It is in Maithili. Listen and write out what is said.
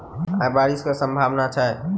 आय बारिश केँ सम्भावना छै?